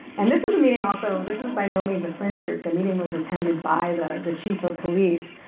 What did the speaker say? and this was a meeting also, this is by no means the fringe group, the meeting was attended by the the chief of police,